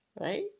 Right